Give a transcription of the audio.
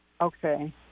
Okay